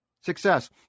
success